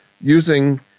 using